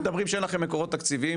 כל הזמן מדברים שאין לכם מקורות תקציביים,